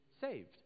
saved